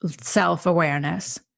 self-awareness